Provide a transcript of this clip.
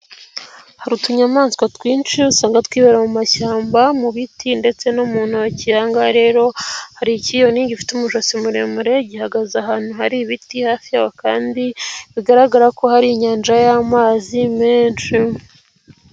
Hari utunyamaswa twinshi usanga twibera mu mashyamba mu biti ndetse no mu ntoki, aha ngaha rero hari ikiyoni gifite umujosi muremure, gihagaze ahantu hari ibiti, hafi yacyo kandi bigaragara ko hari inyanja y'amazi menshi.